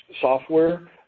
software